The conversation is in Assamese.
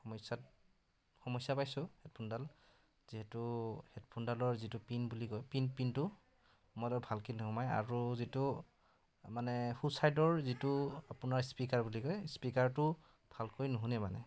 সমস্যাত সমস্যা পাইছোঁ হে'ডফোনডাল যিহেতু হে'ডফোনডালৰ যিটো পিন বুলি কয় পিন পিনটো ম'বাইলত ভালকৈ নোসোমায় আৰু যিটো মানে সোঁ চাইডৰ যিটো আপোনাৰ স্পীকাৰ বুলি কয় স্পীকাৰটো ভালকৈ নুশুনে মানে